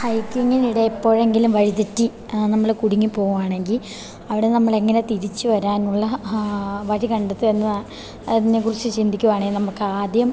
ഹൈക്കിങ്ങിനിടെ എപ്പോഴെങ്കിലും വഴിതെറ്റി നമ്മൾ കുടുങ്ങി പോകുവാണെങ്കിൽ അവിടെ നിന്ന് നമ്മൾ എങ്ങനെ തിരിച്ച് വരാനുള്ള വഴി കണ്ടെത്തും എന്ന് അതിനെക്കുറിച്ച് ചിന്തിക്കുവാണേൽ നമുക്ക് ആദ്യം